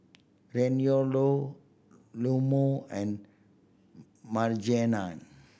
Reynaldo Leoma and Maryjane